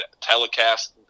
telecast